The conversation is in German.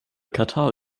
katar